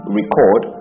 record